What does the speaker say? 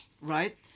right